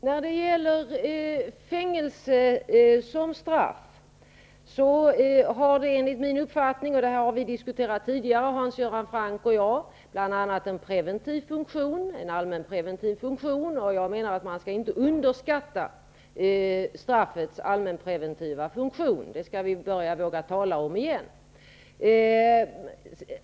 Herr talman! När det gäller fängelsestraff -- och detta har Hans Göran Franck och jag diskuterat tidigare -- har de en allmänpreventiv funktion. Jag menar att man inte skall underskatta straffets allmänpreventiva funktion. Det skall vi börja våga tala om igen.